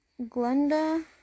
Glenda